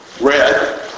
Red